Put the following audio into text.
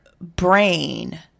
brain